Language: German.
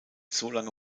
solange